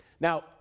Now